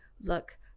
look